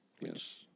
Yes